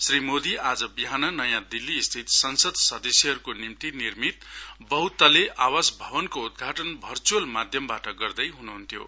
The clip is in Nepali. श्री मोदी आज बिहान नयाँ दिल्ली स्थित संसद सदस्यहरूको निम्ति निर्मित बहुतल्ले आवास भवनको उद्घाटन भर्चुअल माध्यमबाट गर्दै हुनु हुन्थ्यो